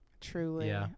Truly